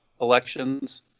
elections